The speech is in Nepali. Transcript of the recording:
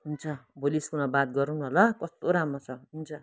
हुन्छ भोलि स्कुलमा बात गरौँ न ल कस्तो राम्रो छ हुन्छ